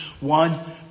one